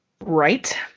Right